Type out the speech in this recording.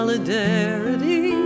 Solidarity